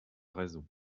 raison